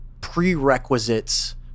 prerequisites